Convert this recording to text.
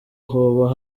hoba